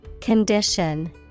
Condition